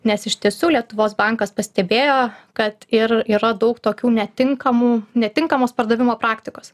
nes iš tiesų lietuvos bankas pastebėjo kad ir yra daug tokių netinkamų netinkamos pardavimo praktikos